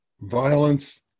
violence